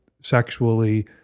sexually